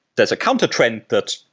there's a countertrend that,